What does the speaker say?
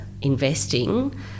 investing